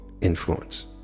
influence